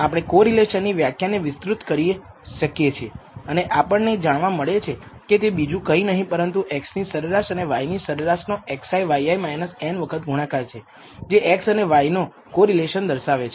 આપણે કોરિલેશનની વ્યાખ્યાને વિસ્તૃત કરી શકીએ છે અને આપણને જાણવા મળે છે કે તે બીજું કંઈ નહીં પરંતુ x ની સરેરાશ અને y ની સરેરાશ નો xi yi n વખત ગુણાકાર છે કે જે x અને y નો કોરિલેશન દર્શાવે છે